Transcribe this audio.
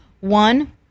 One